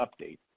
update